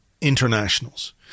internationals